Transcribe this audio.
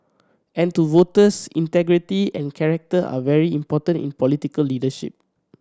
and to voters integrity and character are very important in political leadership